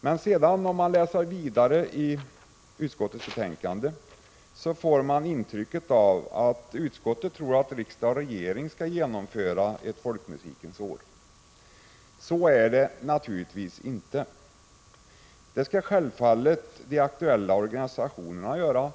Men när man sedan läser vidare i betänkandet, får man intrycket att utskottet tror att det är riksdag och regering som skall genomföra ett Folkmusikens år. Så är det naturligtvis inte. Det skall sjävfallet de aktuella organisationerna göra.